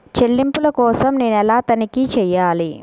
చెల్లింపుల కోసం నేను ఎలా తనిఖీ చేయాలి?